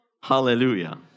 Hallelujah